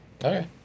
Okay